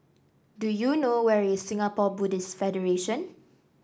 do you know where is Singapore Buddhist Federation